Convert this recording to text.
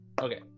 Okay